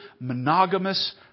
monogamous